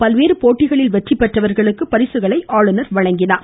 பல்வேறு போட்டிகளில் வெற்றி பெற்றவர்களுக்கு பரிசுகளை ஆளுநர் வழங்கினார்